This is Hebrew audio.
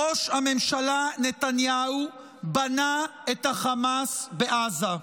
ראש הממשלה נתניהו בנה את החמאס בעזה,